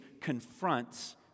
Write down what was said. confronts